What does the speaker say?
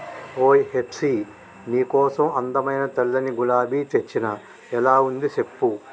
ఓయ్ హెప్సీ నీ కోసం అందమైన తెల్లని గులాబీ తెచ్చిన ఎలా ఉంది సెప్పు